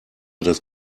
das